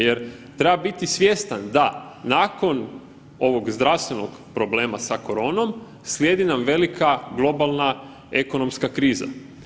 Jer treba biti svjestan da nakon ovog zdravstvenog problema sa koronom slijedi nam velika globalna ekonomska kriza.